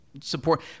support